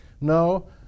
no